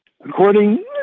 According